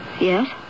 Yes